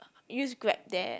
use Grab there